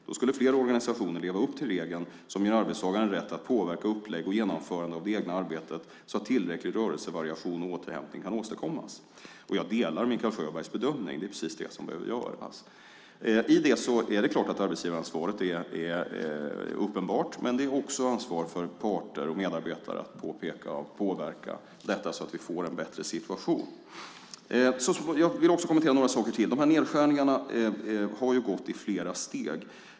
Då skulle fler organisationer leva upp till regeln som ger arbetstagaren rätt att påverka upplägg och genomförande av det egna arbetet så att tillräcklig rörelsevariation och återhämtning kan åstadkommas. Jag delar Mikael Sjöbergs bedömning. Det är precis det som behöver göras. Det är klart att arbetsgivaransvaret är uppenbart, men det är också ett ansvar för parter och medarbetare att påpeka och påverka detta så att vi får en bättre situation. Jag vill kommentera några saker till. De här nedskärningarna har uppenbarligen gått i flera steg.